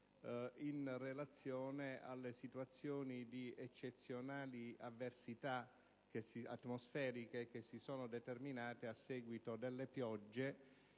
in relazione alle situazioni di eccezionale avversità atmosferica che si sono determinate a seguito delle piogge